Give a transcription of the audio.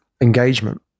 engagement